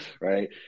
right